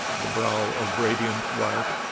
the brow of radiant white,